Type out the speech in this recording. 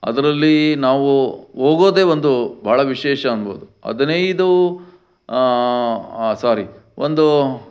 ಅದರಲ್ಲಿ ನಾವು ಹೋಗೋದೇ ಒಂದು ಭಾಳ ವಿಶೇಷ ಅನ್ಬೋದು ಹದಿನೈದು ಸೋರಿ ಒಂದು